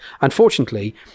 Unfortunately